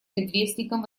предвестником